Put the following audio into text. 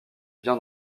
bien